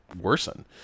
worsen